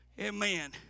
Amen